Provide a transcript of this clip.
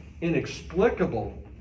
inexplicable